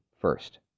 first